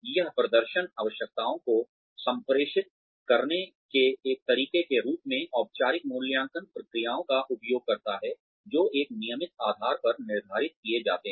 यह प्रदर्शन आवश्यकताओं को संप्रेषित करने के एक तरीके के रूप में औपचारिक मूल्यांकन प्रक्रियाओं का उपयोग करता है जो एक नियमित आधार पर निर्धारित किए जाते हैं